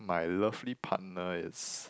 my lovely partner is